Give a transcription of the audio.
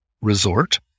resort